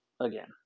again